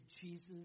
Jesus